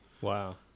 Wow